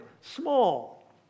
small